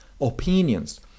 opinions